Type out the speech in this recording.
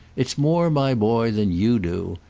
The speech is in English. it's more, my boy, than you do!